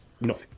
No